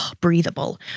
breathable